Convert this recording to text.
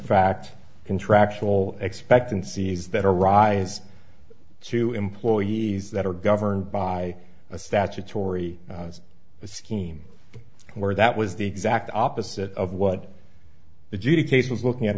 fact contractual expectancies that arise to employees that are governed by a statutory scheme where that was the exact opposite of what the g d case was looking at